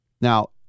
Now